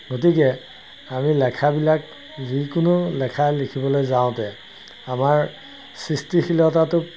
গতিকে আমি লেখাবিলাক যিকোনো লেখাই লিখিবলৈ যাওঁতে আমাৰ সৃষ্টিশীলতাটোক